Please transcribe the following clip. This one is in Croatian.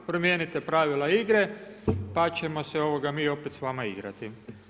Promijenite pravila igre pa ćemo se mi opet s vama igrati.